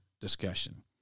discussion